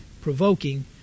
provoking